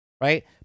right